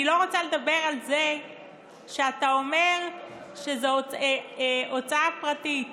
אני לא רוצה לדבר על זה שאתה אומר שזאת הוצאה פרטית,